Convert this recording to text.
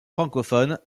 francophone